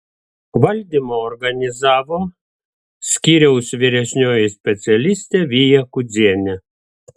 valdymo organizavo skyriaus vyresnioji specialistė vija kudzienė